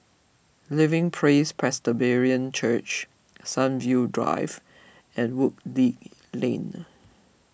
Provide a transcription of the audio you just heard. Living Praise Presbyterian Church Sunview Drive and Woodleigh Link